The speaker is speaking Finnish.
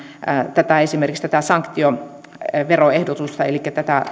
esimerkiksi tätä sanktioveroehdotusta elikkä